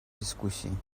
дискуссий